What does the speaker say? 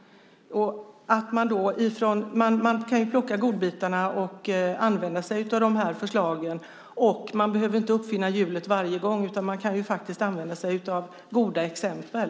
Man kan plocka godbitarna och använda sig av förslagen. Man behöver inte uppfinna hjulet varje gång utan kan använda sig av goda exempel.